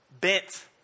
bent